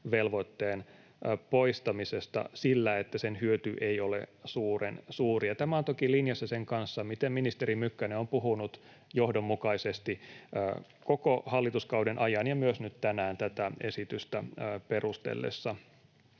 poistamisesta sillä, että sen hyöty ei ole suuren suuri. Tämä on toki linjassa sen kanssa, miten ministeri Mykkänen on puhunut johdonmukaisesti koko hallituskauden ajan ja myös nyt tänään tätä esitystä perustellessaan.